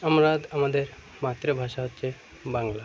আমরা আমাদের মাতৃভাষা হচ্ছে বাংলা